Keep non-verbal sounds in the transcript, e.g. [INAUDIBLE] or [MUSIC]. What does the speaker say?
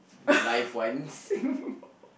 the live ones [LAUGHS]